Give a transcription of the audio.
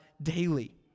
daily